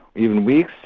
even weeks,